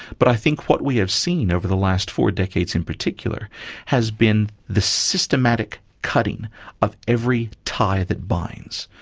but i think what we have seen over the last four decades in particular has been the systematic cutting of every tie that binds,